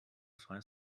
freie